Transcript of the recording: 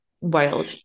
Wild